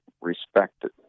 respected